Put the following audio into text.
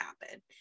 happen